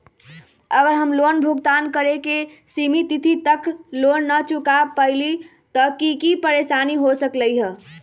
अगर हम लोन भुगतान करे के सिमित तिथि तक लोन न चुका पईली त की की परेशानी हो सकलई ह?